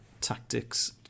tactics